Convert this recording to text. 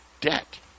debt